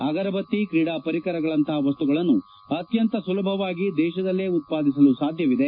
ಅಗರಬತ್ತಿ ಕ್ರೀಡಾ ಪರಿಕರಗಳಂತಹ ವಸ್ತುಗಳನ್ನು ಅತ್ಯಂತ ಸುಲಭವಾಗಿ ದೇಶದಲ್ಲೇ ಉತ್ಪಾದಿಸಲು ಸಾಧ್ಯವಿದೆ